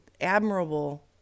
admirable